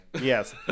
Yes